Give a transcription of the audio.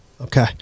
Okay